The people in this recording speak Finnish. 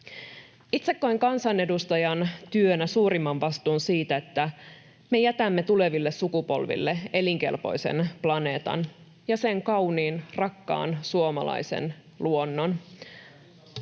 Itse koen kansanedustajan työnä suurimman vastuun siitä, että me jätämme tuleville sukupolville elinkelpoisen planeetan ja sen kauniin, rakkaan suomalaisen luonnon.